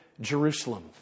Jerusalem